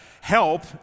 Help